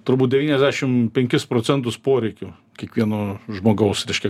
turbūt devyniasdešim penkis procentus poreikių kiekvieno žmogaus reiškia